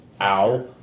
Ow